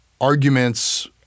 arguments